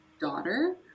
daughter